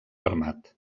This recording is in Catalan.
armat